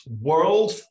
world